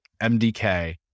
mdk